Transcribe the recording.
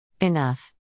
Enough